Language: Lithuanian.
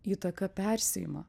įtaka persiima